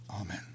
Amen